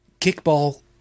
kickball